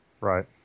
Right